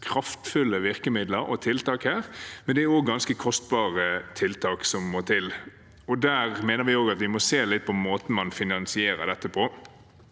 kraftfulle virkemidler og tiltak, men det er ganske kostbare tiltak som må til. Her mener vi at man må se litt på måten man finansierer dette på.